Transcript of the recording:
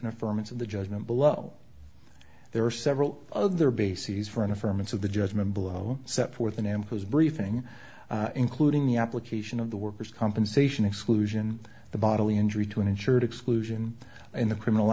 affirmative the judgment below there are several other bases for an affirmative the judgment below set for the man whose briefing including the application of the workers compensation exclusion the bodily injury to an insured exclusion and the criminal